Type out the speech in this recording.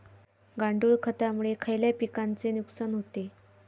गांडूळ खतामुळे खयल्या पिकांचे नुकसान होते?